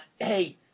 hey